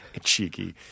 cheeky